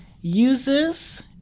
uses